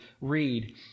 read